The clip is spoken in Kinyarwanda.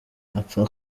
apfa